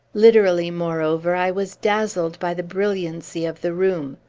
literally, moreover, i was dazzled by the brilliancy of the room.